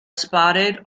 spotted